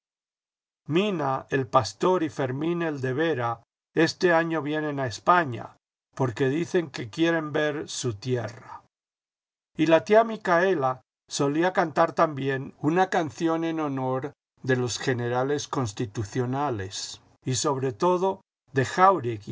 mina el pastor y fermín el de vera este año vienen a españa porque dicen que quieren ver su tierra y la tía micaela solía cantar también una canción en honor de los generales constitucionales y sobre todo de